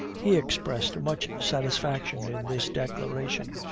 he expressed much satisfaction in this declaration,